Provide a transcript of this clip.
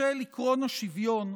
בשל עקרון השוויון,